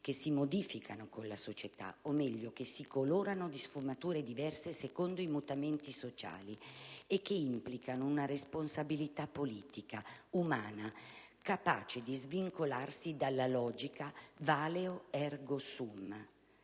che si modificano con la società, o meglio, che si colorano di sfumature diverse secondo i mutamenti sociali e che implicano una responsabilità politica, umana, capace di svincolarsi dalla logica «*valeo ergo sum*»,